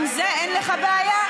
עם זה אין לך בעיה?